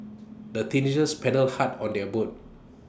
the teenagers paddled hard on their boat